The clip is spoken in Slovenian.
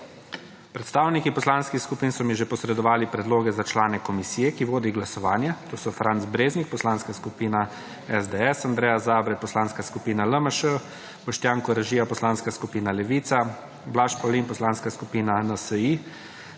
Predstavniki poslanskih skupin so mi že posredovali predloge za člane komisije, ki vodi glasovanje. To so Franc Breznik, Poslanska skupina SDS; Andreja Zabret, Poslanska skupina LMŠ; Boštjan Koražija, Poslanska skupina Levica; Blaž Pavlin, Poslanska skupina NSi.